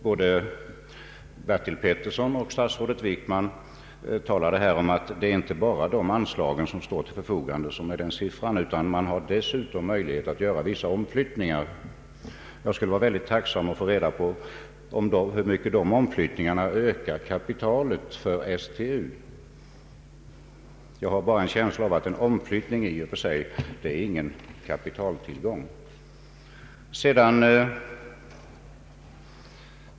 Både herr Bertil Petersson och statsrådet Wickman talade här om att det inte bara är de angivna anslagen som står till förfogande utan man har dessutom vissa möjligheter att göra vissa omflyttningar. Jag skulle vara väldigt tacksam över att få reda på hur mycket dessa omflyttningar ökar kapitalet för STU. Jag har en känsla av att en omflyttning i och för sig inte innebär en ökad kapitaltillgång.